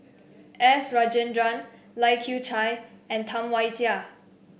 S Rajendran Lai Kew Chai and Tam Wai Jia